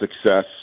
success